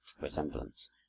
resemblance